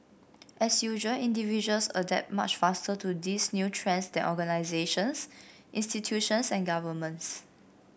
as usual individuals adapt much faster to these new trends than organisations institutions and governments